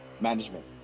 Management